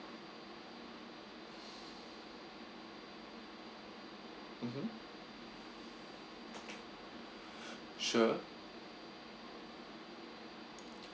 mmhmm sure